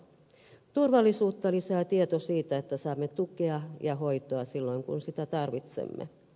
turvallisuutta lisää tieto siitä että saamme tukea ja hoitoa silloin kun sitä tarvitsemme